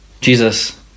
Jesus